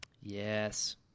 Yes